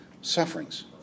sufferings